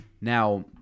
Now